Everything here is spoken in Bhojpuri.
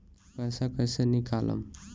पैसा कैसे निकालम?